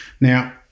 Now